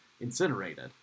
incinerated